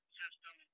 system